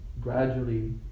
gradually